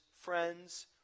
friends